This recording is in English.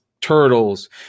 turtles